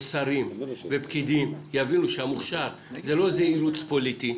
שרים ופקידים יבינו שהמוכש"ר הוא לא איזה אילוץ פוליטי,